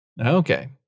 Okay